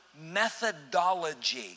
methodology